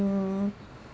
mm